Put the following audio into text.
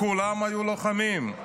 כולם היו לוחמים.